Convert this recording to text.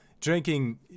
Drinking